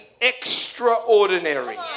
extraordinary